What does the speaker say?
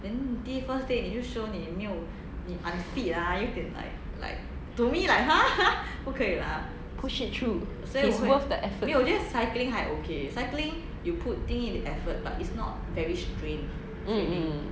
push it through it's worth the effort